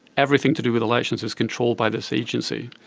everything to do with elections is controlled by this agency,